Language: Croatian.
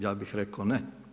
Ja bih rekao ne.